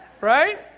Right